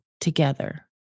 together